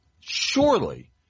surely